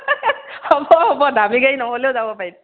হ'ব হ'ব দামী গাড়ী নহ'লেও যাব পাৰিম